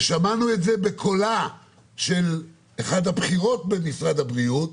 ושמענו את זה בקולה של אחת הבכירות במשרד הבריאות,